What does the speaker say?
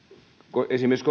on esimerkiksi